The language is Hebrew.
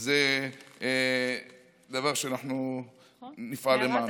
וזה דבר שאנחנו נפעל למענו.